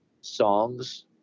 songs